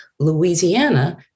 Louisiana